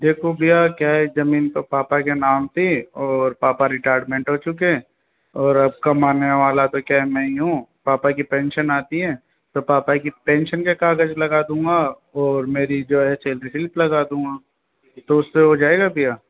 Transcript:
देखो भैया क्या है जमीन तो पापा के नाम थी और पापा रिटायरमेंट हो चुके है और कमाने वाला तो क्या है मैं ही हूँ पापा की पेंशन आती है तो पापा कि पेंशन के कागज लगा दूँगा और मेरी जो है सैलरी स्लिप लगा दूँगा तो उसपे हो जाएगा भैया